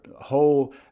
whole